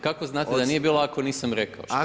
kako znate da nije bilo ako nisam rekao šta.